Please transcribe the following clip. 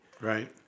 Right